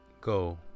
Go